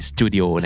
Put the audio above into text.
Studio